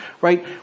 right